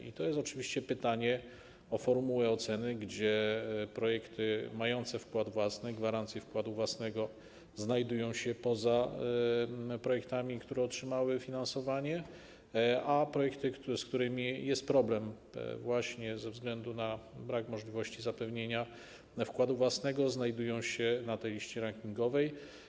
I tu jest oczywiście pytanie o formułę oceny, bo projekty mające gwarancję wkładu własnego znajdują się poza listą projektów, które otrzymały finansowanie, a projekty, z którymi jest problem właśnie ze względu na brak możliwości zapewnienia wkładu własnego, znajdują się na tej liście rankingowej.